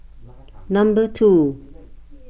number two